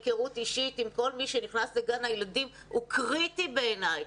היכרות אישית עם כל מי שנכנס לגן הילדים הוא קריטי בעיניי.